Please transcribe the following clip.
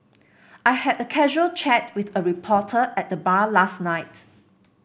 I had a casual chat with a reporter at the bar last night